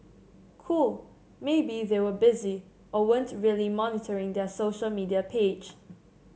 cool maybe they were busy or weren't really monitoring their social media page